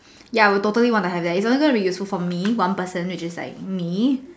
ya I would totally want to have it if it's going to be useful for one person which is like me